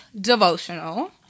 devotional